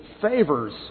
favors